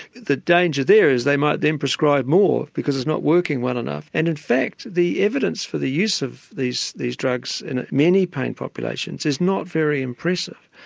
the danger there is they might then prescribe more because it's not working well enough. and in fact the evidence for the use of these these drugs in many pain populations is not very impressive.